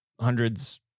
hundreds